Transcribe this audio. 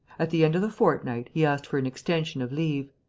at the end of the fortnight, he asked for an extension of leave.